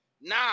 Nah